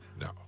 No